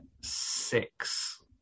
six